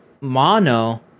mono